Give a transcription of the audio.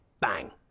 bang